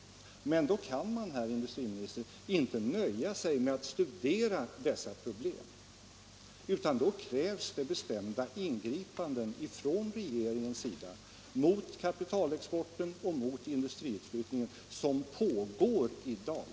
Men då kan man, herr industriminister, inte nöja sig med att studera dessa problem, utan då krävs bestämda ingripanden från regeringens sida mot kapitalexporten och mot den industriutflyttning som pågår i dag.